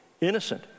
innocent